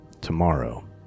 Tomorrow